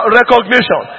recognition